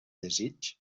desig